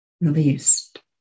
released